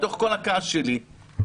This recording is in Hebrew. בתוך כל הכעס שלי,